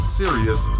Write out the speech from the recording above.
serious